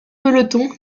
peloton